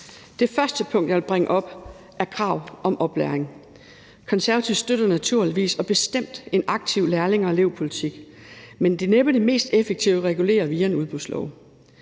Det første punkt, jeg vil bringe op, er krav om oplæring. Konservative støtter naturligvis og bestemt en aktiv lærlinge- og elevpolitik, men det er næppe det mest effektive at regulere via en udbudslov.